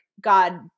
God